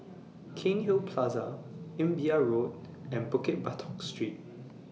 Cairnhill Plaza Imbiah Road and Bukit Batok Street